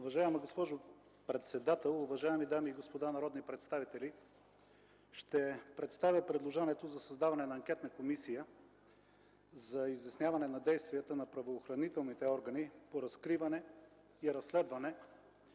Уважаема госпожо председател, уважаеми дами и господа народни представители! Ще представя предложението за създаване на анкетна комисия за изясняване на действията на правоохранителните органи по разкриване и разследване